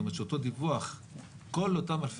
עם כל הכבוד